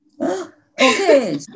Okay